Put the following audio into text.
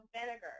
vinegar